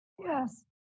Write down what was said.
Yes